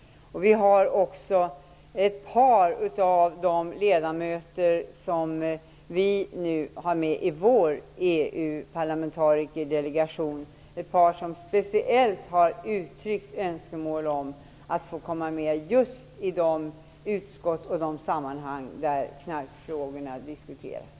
Ett par av ledamöterna i vår EU parlamentarikerdelegation har speciellt uttryckt önskemål om att få komma med just i de utskott och de andra sammanhang där knarkfrågorna diskuteras.